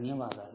ధన్యవాదాలు